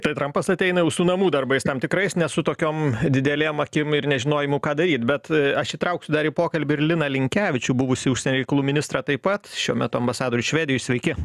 tai trampas ateina jau su namų darbais tam tikrais ne su tokiom didelėm akim ir nežinojimu ką daryt bet aš įtrauksiu dar į pokalbį ir liną linkevičių buvusį užsienio reikalų ministrą taip pat šiuo metu ambasadorius švedijoj sveiki